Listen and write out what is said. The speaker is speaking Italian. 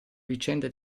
vicenda